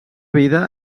vida